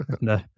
No